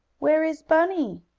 where is bunny?